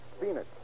Phoenix